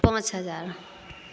पाँच हजार